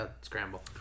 scramble